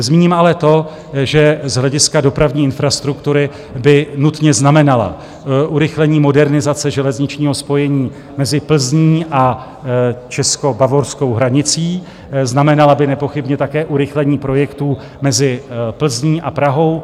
Zmíním ale to, že z hlediska dopravní infrastruktury by nutně znamenala urychlení modernizace železničního spojení mezi Plzní a českobavorskou hranicí, znamenala by nepochybně také urychlení projektů mezi Plzní a Prahou.